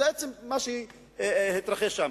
זה מה שהתרחש שם.